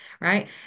right